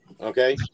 Okay